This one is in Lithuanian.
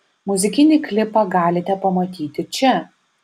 muzikinį klipą galite pamatyti čia